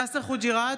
יאסר חוג'יראת,